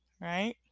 right